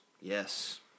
Yes